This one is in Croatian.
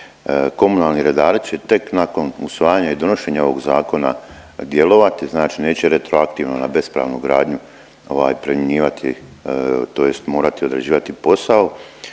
komunalni redari će tek nakon usvajanja i donošenja ovog zakona djelovati, znači neće retroaktivno na bespravnu gradnju ovaj primjenjivati tj. morati odrađivati posao